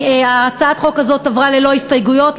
הצעת החוק הזאת עברה ללא הסתייגויות.